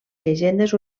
llegendes